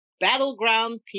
Battleground